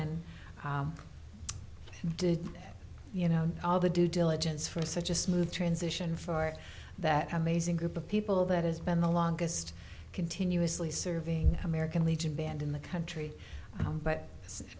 and did you know all the due diligence for such a smooth transition for that amazing group of people that has been the longest continuously serving american legion band in the country but this